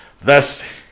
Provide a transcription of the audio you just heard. thus